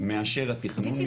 מאשר התכנון,